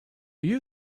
you